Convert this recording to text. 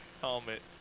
helmet